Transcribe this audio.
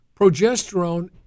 Progesterone